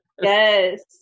yes